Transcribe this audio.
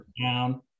down